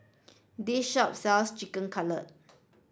this shop sells Chicken Cutlet